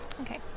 Okay